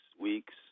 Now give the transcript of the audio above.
weeks